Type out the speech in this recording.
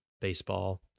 baseball